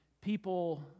People